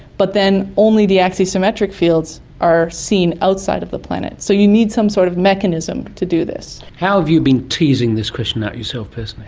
but then only the axisymmetric fields are seen outside of the planet. so you need some sort of mechanism to do this. how have you been teasing this question out yourself personally?